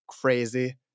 crazy